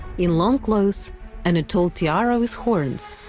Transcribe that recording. in long clothes and a tall tiara with horns.